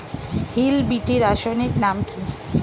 Hill বিটি রাসায়নিক নাম কি?